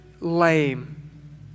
lame